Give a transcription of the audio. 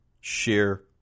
Share